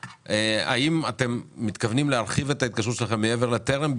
האם אתם מתכוונים להרחיב את ההתקשרות שלכם מעבר לטרם,